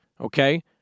okay